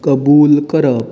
कबूल करप